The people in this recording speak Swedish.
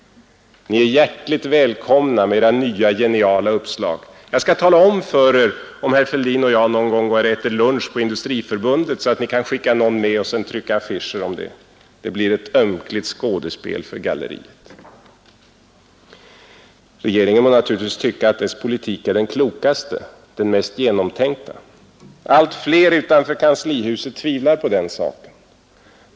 Ni är hjärtligt välkomna med era nya geniala uppslag. Jag skall tala om för er om herr Fälldin och jag någon gång går och äter lunch på Industriförbundet så att ni kan skicka någon med och sedan trycka affischer om det. Det blir ett ömkligt skådespel för galleriet. Regeringen må naturligtvis tycka att dess politik är den klokaste, den mest genomtänkta. Allt fler utanför kanslihuset tvivlar på den saken.